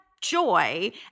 joy